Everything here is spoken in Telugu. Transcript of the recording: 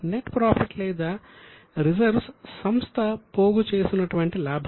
నెట్ ప్రాఫిట్ లేదా రిజర్వ్స్ సంస్థ పోగు చేసినటువంటి లాభం